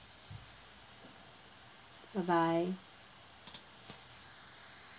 bye bye